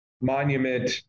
Monument